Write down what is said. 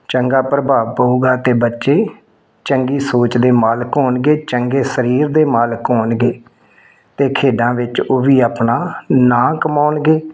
ਚੰਗਾ ਪ੍ਰਭਾਵ ਪਊਗਾ ਅਤੇ ਬੱਚੇ ਚੰਗੀ ਸੋਚ ਦੇ ਮਾਲਕ ਹੋਣਗੇ ਚੰਗੇ ਸਰੀਰ ਦੇ ਮਾਲਕ ਹੋਣਗੇ ਅਤੇ ਖੇਡਾਂ ਵਿੱਚ ਉਹ ਵੀ ਆਪਣਾ ਨਾਂ ਕਮਾਉਣਗੇ